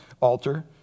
altar